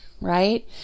right